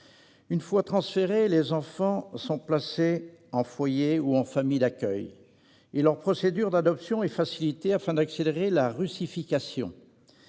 Une fois transférés, les enfants sont placés en foyer ou en famille d'accueil et leur procédure d'adoption est facilitée afin d'accélérer leur russification,